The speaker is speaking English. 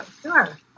Sure